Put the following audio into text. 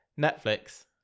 Netflix